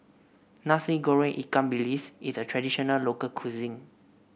Nasi Goreng Ikan Bilis is a traditional local cuisine